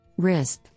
RISP